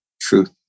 truth